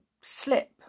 slip